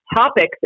topics